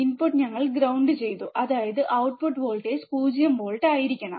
input ഞങ്ങൾ ground ചെയ്തു അതായത് ഔട്ട്പുട്ട് വോൾട്ടേജ് 0 വോൾട്ട് ആയിരിക്കണം